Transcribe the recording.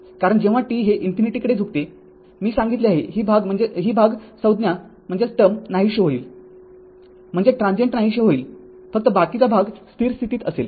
कारण जेव्हा t हे ∞ कडे झुकते मी सांगितले आहे ही भाग संज्ञा नाहिसी होईल म्हणजे ट्रांजीएंट नाहीसे होईल फक्त बाकीचा भाग स्थिर स्थिती असेल